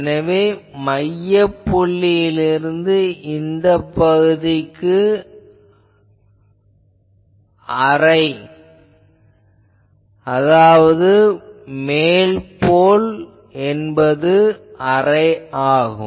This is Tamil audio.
எனவே மையப்புள்ளியிலிருந்து இந்த மேல் பகுதிக்கு ½ அதாவது மேல் போல் என்பது ½ ஆகும்